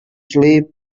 sleep